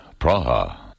Praha